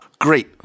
Great